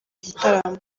gitaramo